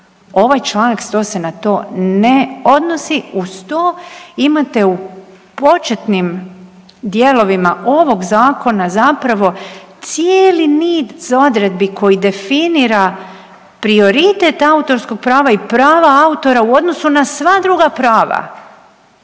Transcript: Ovaj članak 100. se na to ne odnosi. Uz to imate u početnim dijelovima ovog zakona zapravo cijeli niz odredbi koji definira prioritet autorskog prava i prava autora u odnosu na sva druga prava.